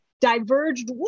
diverged